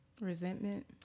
resentment